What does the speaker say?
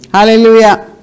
Hallelujah